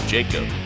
Jacob